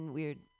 Weird